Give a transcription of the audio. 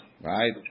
right